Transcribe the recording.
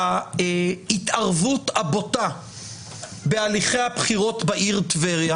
להתערבות הבוטה בהליכי הבחירות בעיר טבריה,